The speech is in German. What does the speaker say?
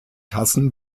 tassen